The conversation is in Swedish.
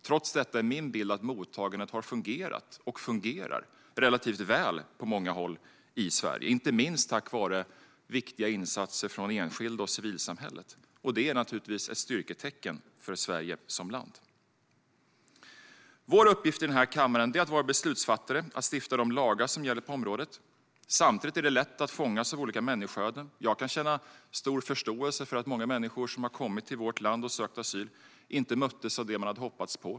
Trots detta är min bild att mottagandet har fungerat - och fungerar - relativt väl på många håll i Sverige, inte minst tack vare viktiga insatser från enskilda och civilsamhället. Det är naturligtvis ett styrketecken för Sverige som land. Vår uppgift i denna kammare är att vara beslutsfattare, att stifta de lagar som gäller på området. Samtidigt är det lätt att fångas av olika människoöden. Jag kan känna stor förståelse för att många människor som har kommit till vårt land och sökt asyl inte möttes av det man hade hoppats på.